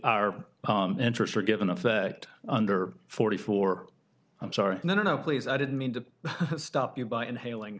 our interests are given effect under forty four i'm sorry no no please i didn't mean to stop you by inhaling